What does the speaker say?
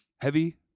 heavy